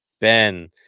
ben